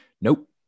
Nope